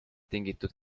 tingitud